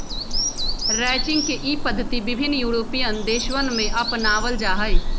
ranching के ई पद्धति विभिन्न यूरोपीयन देशवन में अपनावल जाहई